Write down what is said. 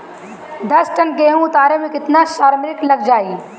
दस टन गेहूं उतारे में केतना श्रमिक लग जाई?